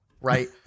right